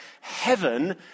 heaven